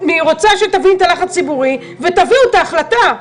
אני רוצה שתבינו את הלחץ הציבורי ותביאו את ההחלטה,